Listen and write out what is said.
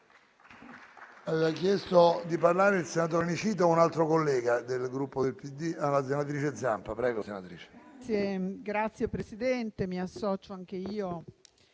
Signor Presidente, mi associo anche io